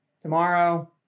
tomorrow